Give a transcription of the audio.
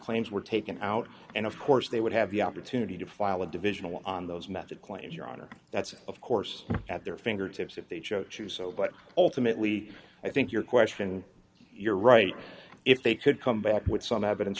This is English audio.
claims were taken out and of course they would have the opportunity to file a divisional on those method claims your honor that's of course at their fingertips if they chose to do so but ultimately i think your question you're right if they could come back with some evidence